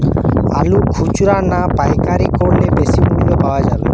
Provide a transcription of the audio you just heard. আলু খুচরা না পাইকারি করলে বেশি মূল্য পাওয়া যাবে?